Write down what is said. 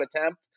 attempt